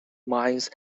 mines